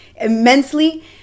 immensely